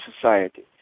society